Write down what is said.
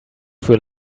für